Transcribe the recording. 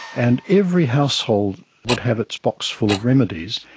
and every household would have its boxful of remedies,